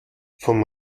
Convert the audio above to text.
vom